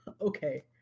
Okay